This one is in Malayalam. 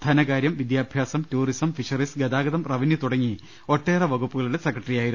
ധനകാര്യം വിദ്യാഭ്യാസ്ഥം ടൂറി സം ഫിഷറീസ് ഗതാഗതം റവന്യൂ തുടങ്ങി ഒട്ടേറെ വകുപ്പുക ളുടെ സെക്രട്ടറിയായിരുന്നു